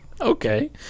Okay